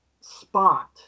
spot